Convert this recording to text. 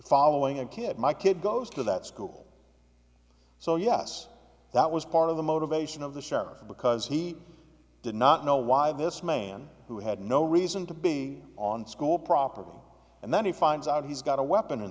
following a kid my kid goes to that school so yes that was part of the motivation of the sheriff because he did not know why this man who had no reason to be on school property and then he finds out he's got a weapon in